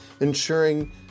ensuring